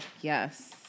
yes